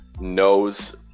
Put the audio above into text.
knows